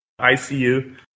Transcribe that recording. ICU